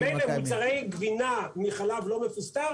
ממילא מוצרי גבינה מחלב לא מפוסטר